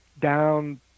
down